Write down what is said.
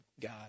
God